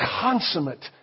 consummate